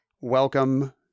Welcome